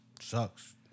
Sucks